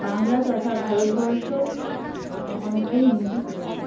বাংলা তথা ভারতবর্ষ অনেকটাই উন্নতি করেছে